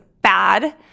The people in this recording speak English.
bad